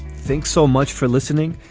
thanks so much for listening.